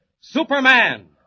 Superman